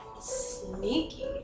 sneaky